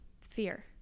fear